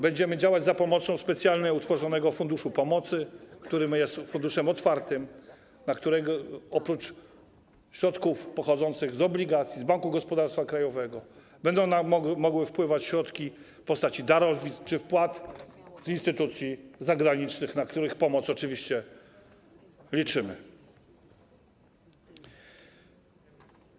Będziemy działać za pomocą specjalnie utworzonego Funduszu Pomocy, który jest funduszem otwartym, do którego oprócz środków pochodzących z obligacji, Banku Gospodarstwa Krajowego będą mogły wpływać środki w postaci darowizn czy wpłat z instytucji zagranicznych, na których pomoc oczywiście liczymy.